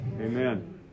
Amen